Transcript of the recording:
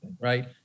right